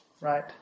right